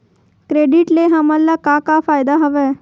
Credit ले हमन का का फ़ायदा हवय?